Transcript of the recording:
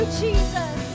jesus